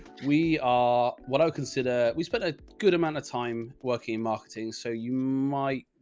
we are what i consider, we spent a good amount of time working in marketing. so you might.